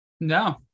No